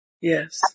Yes